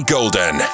Golden